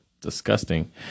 Disgusting